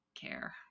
care